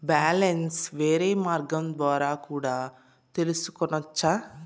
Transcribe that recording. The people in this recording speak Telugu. బ్యాలెన్స్ వేరే మార్గం ద్వారా కూడా తెలుసుకొనొచ్చా?